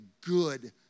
good